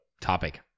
topic